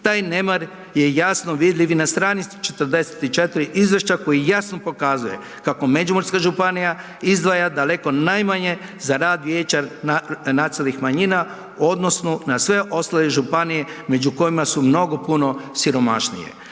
Taj nemar je jasno vidljiv i na str. 44 izvješća koji jasno pokazuje kako Međimurska županija izdvaja daleko najmanje za rad vijeća nacionalnih manjina odnosno na sve ostale županije među kojima su mnogo puno siromašnije.